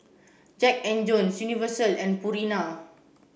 Jackand Jones Universal and Purina